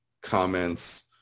comments